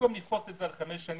במקום לפרוס את זה על חמש שנים,